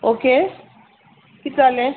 okay कित जालें